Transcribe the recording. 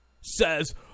says